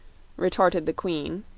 retorted the queen,